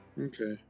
Okay